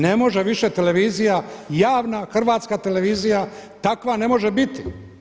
Ne može više televizija, javna hrvatska televizija takva ne može biti.